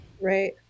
Right